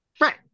Right